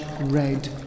red